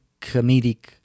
comedic